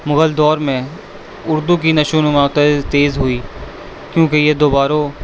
مغل دور میں اردو کی نشونما تیز ہوئی کیوںکہ یہ درباروں